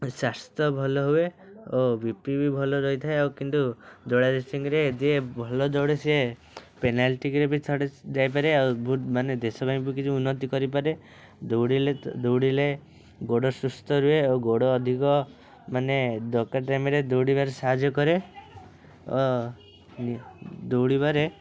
ସ୍ୱାସ୍ଥ୍ୟ ଭଲ ହୁଏ ଓ ବି ପି ବି ଭଲ ରହିଥାଏ ଆଉ କିନ୍ତୁ ଦୌଡ଼ା ରେସିଂରେ ଯିଏ ଭଲ ଦୌଡ଼େ ସିଏ ପେନାଲିଟି କିରେ ବି ଥରେ ଯାଇପାରେ ଆଉ ବହୁତ ମାନେ ଦେଶ ପାଇଁ ଉନ୍ନତି କରିପାରେ ଦୌଡ଼ିଲେ ଦୌଡ଼ିଲେ ଗୋଡ଼ ସୁସ୍ଥ ରୁହେ ଆଉ ଗୋଡ଼ ଅଧିକ ମାନେ ଦରକାର ଟାଇମ୍ରେ ଦୌଡ଼ବାରେ ସାହାଯ୍ୟ କରେ ଓ ଦୌଡ଼ିବାରେ